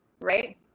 Right